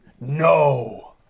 no